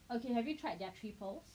okay have you tried their three pearls